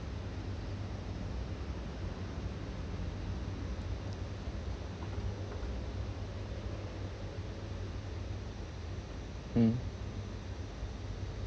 mm